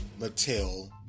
Mattel